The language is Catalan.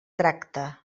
tracte